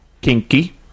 Kinky